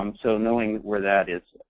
um so knowing where that is.